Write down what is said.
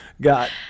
got